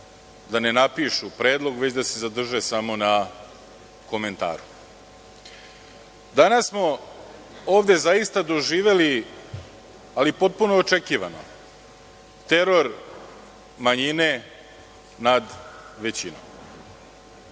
da ne napišu predlog već da se zadrže samo na komentaru. Danas smo ovde zaista doživeli, ali potpuno neočekivano, teror manjine nad većinom,